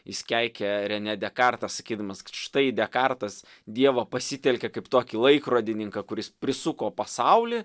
jis keikė renė dekartą sakydamas kad štai dekartas dievą pasitelkia kaip tokį laikrodininką kuris prisuko pasaulį